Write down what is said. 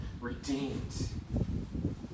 redeemed